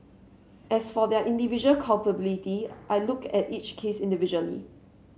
as for their individual culpability I looked at each case individually